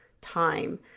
time